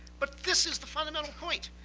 but this is the fundamental point.